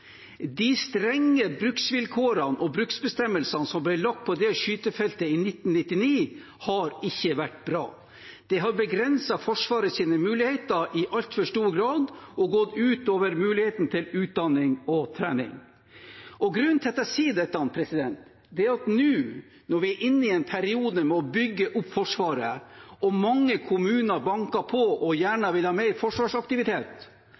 De strenge bruksvilkårene og bruksbestemmelsene som ble lagt på det skytefeltet i 1999, har ikke vært bra. Det har begrenset Forsvarets muligheter i altfor stor grad og gått ut over muligheten til utdanning og trening. Grunnen til at jeg sier dette, er at når vi nå er inne i en periode med å bygge opp Forsvaret og mange kommuner banker på